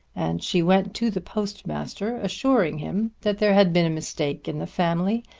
and she went to the postmaster assuring him that there had been a mistake in the family,